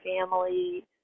family